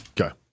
Okay